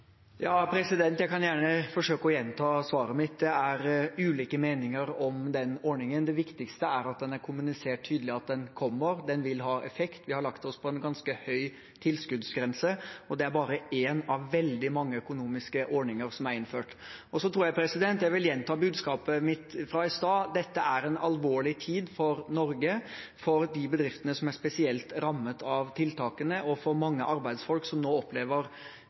Jeg kan gjerne forsøke å gjenta svaret mitt. Det er ulike meninger om den ordningen. Det viktigste er at det er kommunisert tydelig at den kommer, og at den vil ha effekt. Vi har lagt oss på en ganske høy tilskuddsgrense, og det er bare én av veldig mange økonomiske ordninger som er innført. Jeg tror jeg vil gjenta budskapet mitt fra i stad: Dette er en alvorlig tid for Norge, for de bedriftene som er spesielt rammet av tiltakene, og for mange arbeidsfolk som nå opplever